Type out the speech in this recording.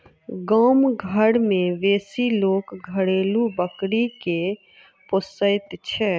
गाम घर मे बेसी लोक घरेलू बकरी के पोसैत छै